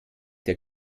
der